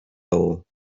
hole